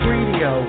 Radio